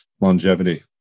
longevity